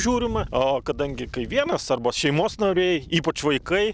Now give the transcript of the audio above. žiūrima o kadangi kai vienas arba šeimos nariai ypač vaikai